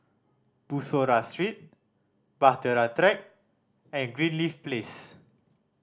Bussorah Street Bahtera Track and Greenleaf Place